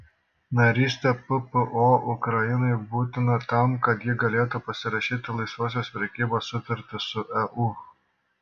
narystė ppo ukrainai būtina tam kad ji galėtų pasirašyti laisvosios prekybos sutartį su eu